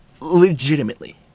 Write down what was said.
Legitimately